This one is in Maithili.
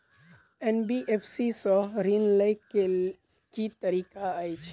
एन.बी.एफ.सी सँ ऋण लय केँ की तरीका अछि?